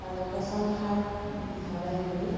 তাৰে পচন সাৰ মিহলাই লৈ